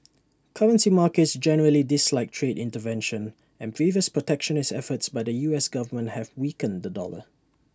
currency markets generally dislike trade intervention and previous protectionist efforts by the U S Government have weakened the dollar